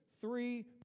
Three